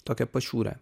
tokią pašiūrę